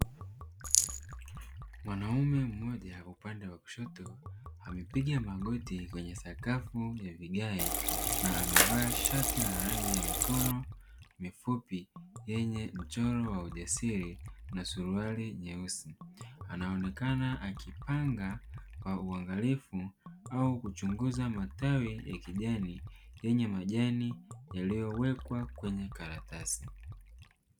Mwanaume mmoja upande wa kushoto amepiga magoti kwenye sakafu ya vigae na amevaa shati la rangi ya mikono mifupi lenye mchoro wa ujasiri na suruali nyeusi, anaonekana akipanga kwa uangalifu au kuchunguza matawi ya kijani yenye majani yaliyowekwa kwenye karatasi.